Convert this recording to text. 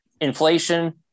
inflation